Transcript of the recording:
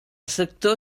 sector